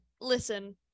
listen